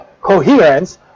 coherence